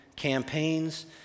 campaigns